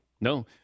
No